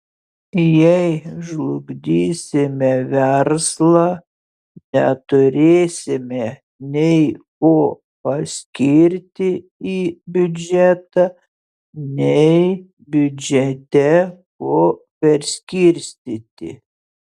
jei žlugdysime verslą neturėsime nei ko paskirti į biudžetą nei biudžete ko perskirstyti